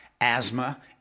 asthma